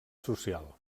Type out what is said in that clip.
social